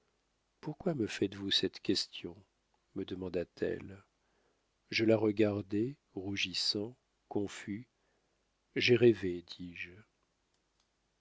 pourquoi me faites-vous cette question me demanda-t-elle je la regardai rougissant confus j'ai rêvé